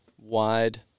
wide